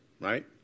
right